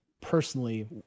personally